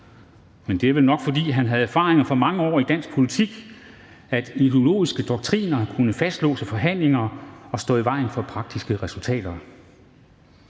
Men det er vel nok, fordi han havde erfaringer fra mange år i dansk politik om, at ideologiske doktriner kunne fastlåse forhandlinger og stå i vejen for praktiske resultater.